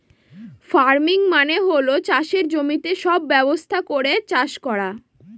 farming মানে হল চাষের জমিতে সব ব্যবস্থা করে চাষ করা